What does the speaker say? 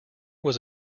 was